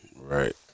Right